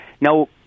Now